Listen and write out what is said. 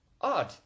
odd